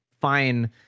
fine